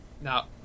Now